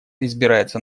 избирается